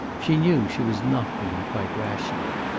she knew she was not being quite rational.